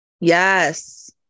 Yes